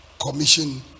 commission